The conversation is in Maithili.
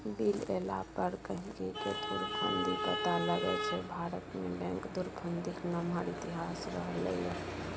बिल एला पर गहिंकीकेँ धुरफंदी पता लगै छै भारतमे बैंक धुरफंदीक नमहर इतिहास रहलै यै